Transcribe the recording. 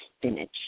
spinach